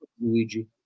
Luigi